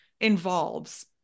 involves